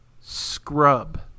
Scrub